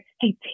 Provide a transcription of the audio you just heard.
Hey